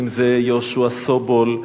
אם זה יהושע סובול,